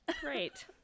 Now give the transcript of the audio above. Great